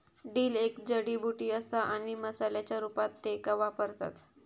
dill एक जडीबुटी असा आणि मसाल्याच्या रूपात त्येका वापरतत